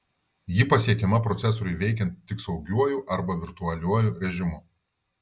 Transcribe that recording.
ji pasiekiama procesoriui veikiant tik saugiuoju arba virtualiuoju režimu